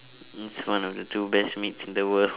it's one of the two best meats in the world